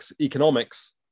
economics